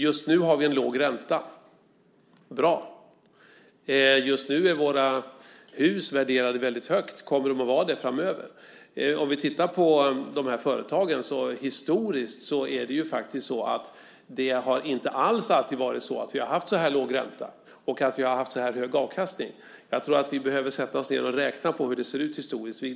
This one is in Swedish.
Just nu har vi en låg ränta - bra. Just nu är våra hus värderade väldigt högt. Kommer de att vara det framöver? Om vi tittar på de här företagen historiskt är det ju faktiskt så att vi inte alls alltid har haft så här låg ränta och så här hög avkastning. Jag tror att vi behöver sätta oss ned och räkna på hur det sett ut historiskt.